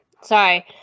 Sorry